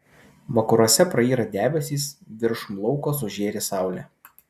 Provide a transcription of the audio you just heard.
vakaruose prayra debesys viršum lauko sužėri saulė